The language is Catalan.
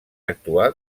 actuar